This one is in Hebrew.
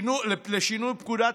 לשינוי פקודת המשטרה,